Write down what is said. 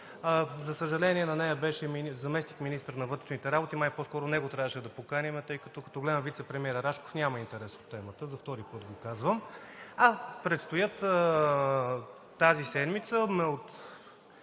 За съжаление, на нея беше и заместник-министър на вътрешните работи – май по-скоро него трябваше да поканим, тъй като гледам вицепремиерът Рашков няма интерес от темата – за втори път го казвам. Предстоят тази седмица